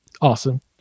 awesome